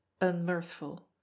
unmirthful